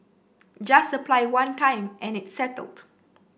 just apply one time and it's settled